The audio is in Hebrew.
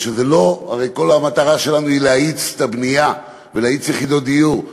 הרי כל המטרה שלנו היא להאיץ בנייה של יחידות דיור,